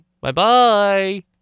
Bye-bye